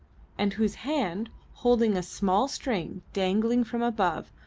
and whose hand, holding a small string dangling from above,